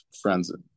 friends